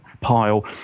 pile